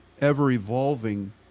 ever-evolving